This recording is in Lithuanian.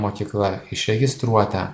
mokykla išregistruota